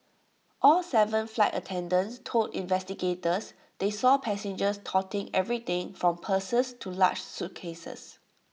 all Seven flight attendants told investigators they saw passengers toting everything from purses to large suitcases